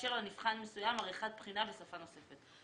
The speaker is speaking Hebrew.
לאשר לנבחן מסוים עריכת בחינה בשפה נוספת.